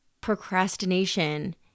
procrastination